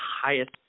highest